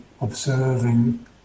observing